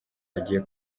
agiye